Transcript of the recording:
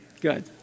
Good